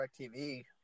DirecTV